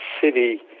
city